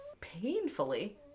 painfully